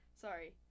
Sorry